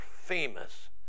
famous